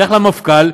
נלך למפכ"ל,